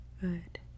Good